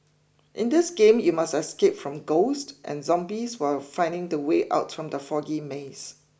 in this game you must escape from ghosts and zombies while finding the way out from the foggy maze